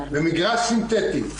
במגרש סינטטי,